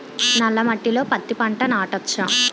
నల్ల మట్టిలో పత్తి పంట నాటచ్చా?